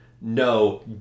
no